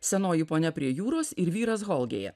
senoji ponia prie jūros ir vyras holgėje